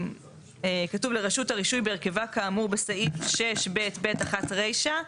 כתוב לרשות הרישוי בהרכבה כאמור בסעיף 6ב(ב)(1) רישה,